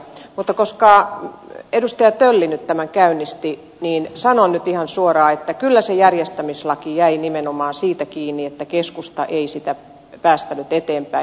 mutta koska edustaja tölli nyt tämän käynnisti niin sanon nyt ihan suoraan että kyllä se järjestämislaki jäi nimenomaan siitä kiinni että keskusta ei sitä päästänyt eteenpäin